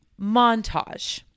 montage